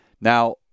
Now